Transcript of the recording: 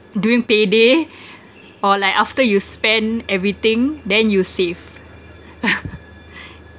during payday or like after you spend everything then you save